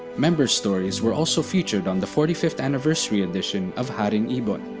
members' stories were also featured on the forty fifth anniversary edition of haring ibon.